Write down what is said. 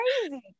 crazy